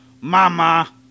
mama